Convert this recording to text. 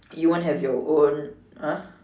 you want to have your own !huh!